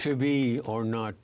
to be or not